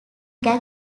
gag